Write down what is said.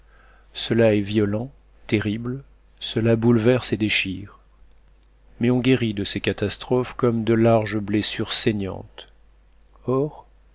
cela est violent terrible cela bouleverse et déchire mais on guérit de ces catastrophes comme des larges blessures saignantes or